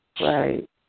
right